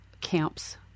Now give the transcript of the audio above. camps